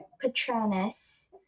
patronus